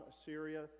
Assyria